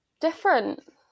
different